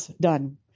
done